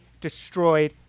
destroyed